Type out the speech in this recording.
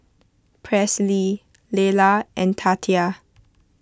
Presley Lelar and Tatia